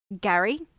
Gary